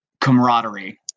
camaraderie